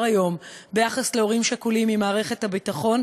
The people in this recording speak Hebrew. היום ביחס להורים שכולים ממערכת הביטחון,